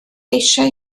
eisiau